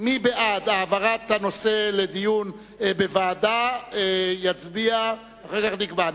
העברת הנושא לדיון בוועדה, יצביע, אחר כך נקבע.